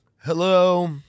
Hello